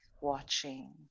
watching